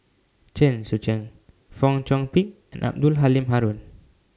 Chen Sucheng Fong Chong Pik and Abdul Halim Haron